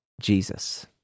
Jesus